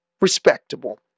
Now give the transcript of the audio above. respectable